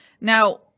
Now